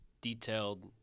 detailed